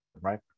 right